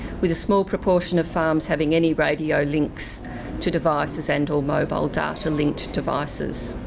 with a small proportion of farms having any radio links to devices and or mobile data linked devices.